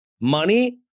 money